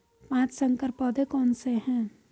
पाँच संकर पौधे कौन से हैं?